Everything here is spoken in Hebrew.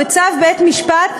בצו בית-משפט,